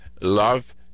love